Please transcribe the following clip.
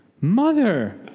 Mother